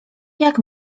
jak